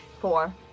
Four